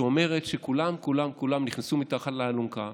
שאומרת שכולם כולם כולם נכנסו מתחת לאלונקה,